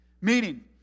Meaning